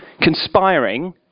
conspiring